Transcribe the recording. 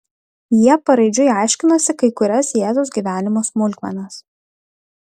jie paraidžiui aiškinosi kai kurias jėzaus gyvenimo smulkmenas